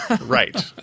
Right